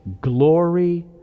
glory